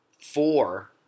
four